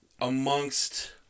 amongst